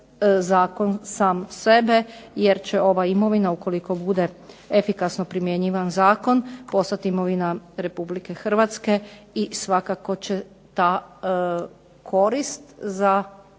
sam sebe. Jer će ova imovina ukoliko bude efikasan zakon postati imovina Republike Hrvatske, i svakako će ta korist za